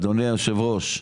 אדוני היושב-ראש,